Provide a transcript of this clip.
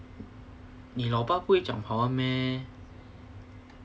你老爸不会讲华文咩